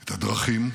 את הדרכים,